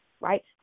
right